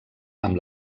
amb